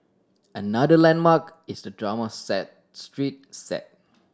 another landmark is the drama set street set